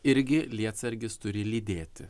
irgi lietsargis turi lydėti